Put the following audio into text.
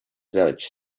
village